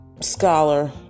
scholar